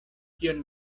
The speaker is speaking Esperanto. kion